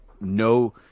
no